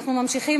אנחנו ממשיכים